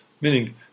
meaning